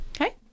Okay